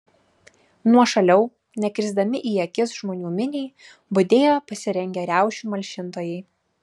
nuošaliau nekrisdami į akis žmonių miniai budėjo pasirengę riaušių malšintojai